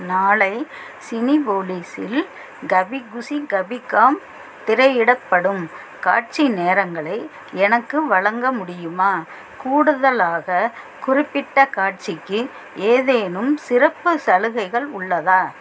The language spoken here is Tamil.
நாளை சினிபோலிஸ் இல் கபி குஷி கபி கம் திரையிடப்படும் காட்சி நேரங்களை எனக்கு வழங்க முடியுமா கூடுதலாக குறிப்பிட்ட காட்சிக்கு ஏதேனும் சிறப்பு சலுகைகள் உள்ளதா